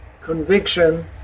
conviction